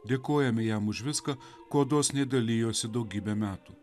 dėkojame jam už viską kuo dosniai dalijosi daugybę metų